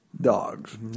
Dogs